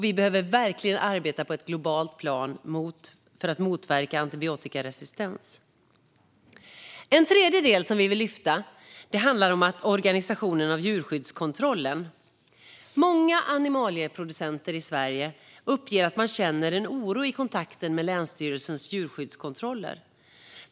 Vi behöver verkligen arbeta på ett globalt plan för att motverka antibiotikaresistens. Ytterligare en del som vi vill lyfta fram handlar om organisationen av djurskyddskontrollen. Många animalieproducenter i Sverige uppger att de känner en oro i kontakten med länsstyrelsens djurskyddskontroller.